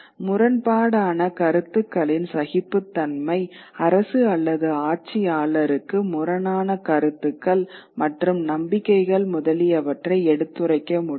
முரண்பாடான கருத்துக்களின் சகிப்புத்தன்மை அரசு அல்லது ஆட்சியாளருக்கு முரணான கருத்துக்கள் மற்றும் நம்பிக்கைகள் முதலியவற்றை எடுத்துரைக்கமுடியும்